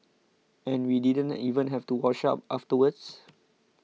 and we didn't even have to wash up afterwards